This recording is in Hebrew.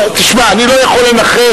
תשמע, אני לא יכול לנחש.